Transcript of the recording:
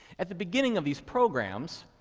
at the beginning of these programs,